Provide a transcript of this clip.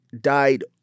died